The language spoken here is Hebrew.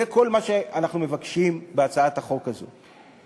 זה כל מה שאנחנו מבקשים בהצעת החוק הזו.